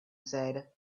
said